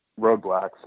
roadblocks